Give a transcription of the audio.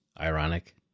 ironic